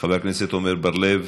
חבר הכנסת עמר בר-לב,